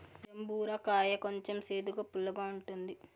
జంబూర కాయ కొంచెం సేదుగా, పుల్లగా ఉంటుంది